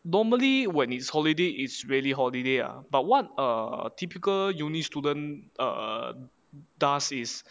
normally when it's holiday it's really holiday ah but what a typical uni student err does is